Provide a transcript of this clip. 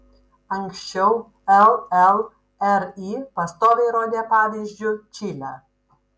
anksčiau llri pastoviai rodė pavyzdžiu čilę